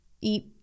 eat